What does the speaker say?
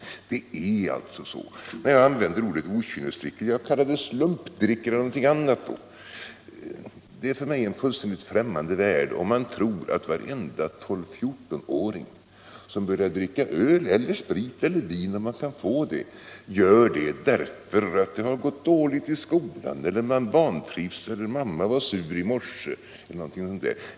Det är alltså så. Jag har använt ordet ”okynnesdrickande”, men man kan ju också kalla det ”slumpdrickande” eller någonting annat. Det är en för mig fullständigt främmande värld, om man tror att varenda 12-14-åring som börjar dricka öl — eller sprit eller vin, om han kan få det — gör detta därför att det har gått dåligt i skolan eller därför att han vantrivs eller därför att mamma var sur i morse eller någonting sådant.